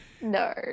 no